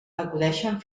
acudeixen